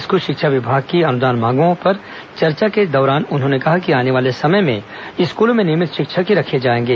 school शिक्षा विभाग की अनुदान मांगों के चर्चा के दौरान उन्होंने कहा कि आने वाले समय में स्कूलों में नियमित शिक्षक ही रखे जाएंगे